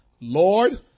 Lord